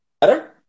Better